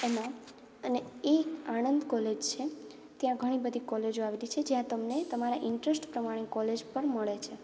એમાં અને એક આણંદ કોલેજ છે ત્યાં ઘણી બધી કોલેજો આવેલી છે જ્યાં તમને તમારા ઈન્ટરસ્ટ પ્રમાણે કોલેજ પણ મળે છે